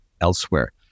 elsewhere